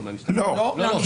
לא.